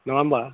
नङा होमब्ला